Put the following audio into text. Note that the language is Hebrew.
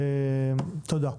תודה.